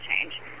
change